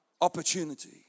opportunity